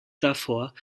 davor